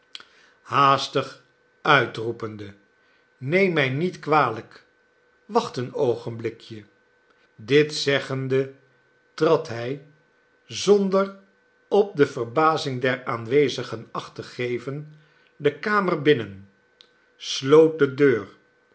haastig uitroepende neem mij niet kwalijk wacht een oogenblikje dit zeggende trad hij zonder op de verbazing der aanwezigen acht te geven de kamer binnen sloot de deur